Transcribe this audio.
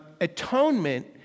Atonement